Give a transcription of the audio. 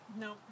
No